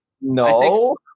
No